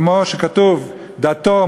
כמו שכתוב: "דתו,